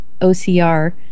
OCR